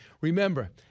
remember